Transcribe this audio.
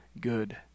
good